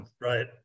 Right